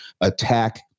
attack